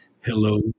hello